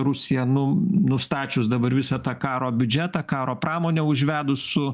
rusija nu nustačius dabar visą tą karo biudžetą karo pramonę užvedus su